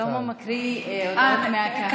שלמה מקריא הודעות מהקהל.